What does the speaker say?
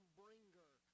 bringer